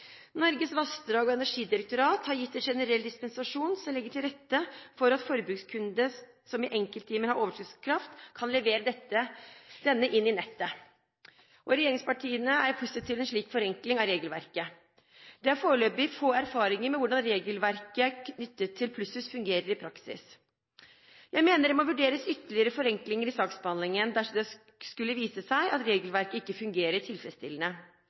Norges vassdrags- og energidirektorat har gitt en generell dispensasjon som legger til rette for at en forbrukskunde som i enkelttimer har overskuddskraft, kan levere denne inn i nettet. Regjeringspartiene er positive til en slik forenkling av regelverket. Det er foreløpig få erfaringer med hvordan regelverket knyttet til plusshus fungerer i praksis. Jeg mener det må vurderes ytterligere forenklinger i saksbehandlingen dersom det skulle vise seg at regelverket ikke fungerer tilfredsstillende.